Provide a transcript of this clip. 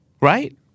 right